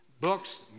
books